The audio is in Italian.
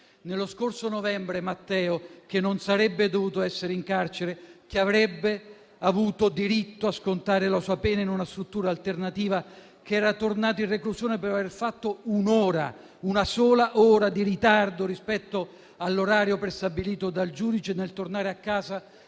Lo scorso novembre Matteo (che non sarebbe dovuto essere in carcere, che avrebbe avuto diritto a scontare la sua pena in una struttura alternativa, che era tornato in reclusione per aver fatto un'ora - una sola ora - di ritardo rispetto all'orario prestabilito dal giudice nel tornare a casa